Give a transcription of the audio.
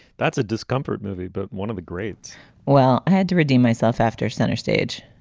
that's a discomfort movie but one of the great well, i had to redeem myself after center stage